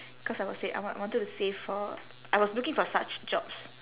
cause I was sa~ I w~ I wanted to save for I was looking for such jobs